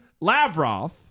Lavrov